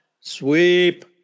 Sweep